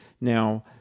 now